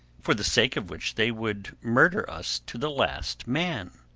for the sake of which they would murder us to the last man.